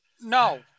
No